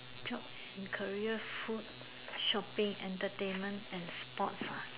jobs and career food shopping entertainment and sports